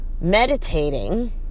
meditating